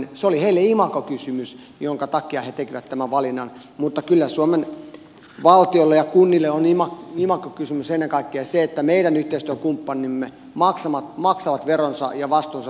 se oli heille imagokysymys jonka takia he tekivät tämän valinnan mutta kyllä suomen valtiolle ja kunnille on imagokysymys ennen kaikkea se että meidän yhteistyökumppanimme maksavat veronsa ja vastuunsa suomeen